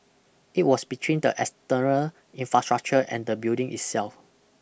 it was between the exterior infrastructure and the building itself